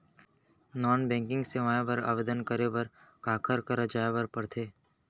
non banking सेवाएं बर आवेदन करे बर काखर करा जाए बर परथे